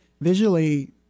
visually